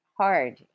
hard